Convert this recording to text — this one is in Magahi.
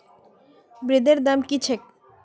ब्रेदेर दाम की छेक